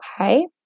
Okay